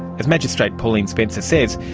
as magistrate pauline spencer says,